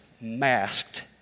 masked